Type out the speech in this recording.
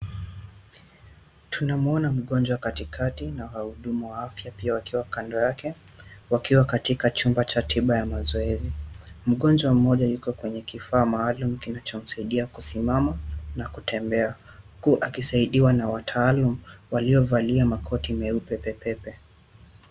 Tunamuona mgonjwa katikati na wahudumu wa afya pia wakiwa kando yao. Wakiwa katika chumba cha tiba ya mazoezi. Mgonjwa mmoja yuko kwenye kifaa cha maalum kinachomsadia kusimama na kutembea huku akisaidiwa na wataalamu walio na makoti meupe pepepe.